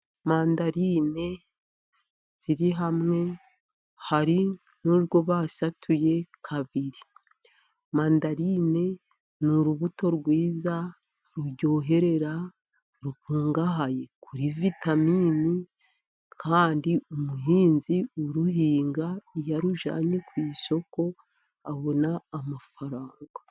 Mandarine ziri hamwe, hari n'urwo basatuye kabiri. Mandarine ni urubuto rwiza ruryoherera, rukungahaye kuri vitamini, kandi umuhinzi uruhinga iyo arujyanye ku isoko, abona amafaranga.